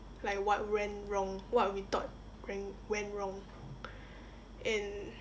like what went wrong what we thought went went wrong and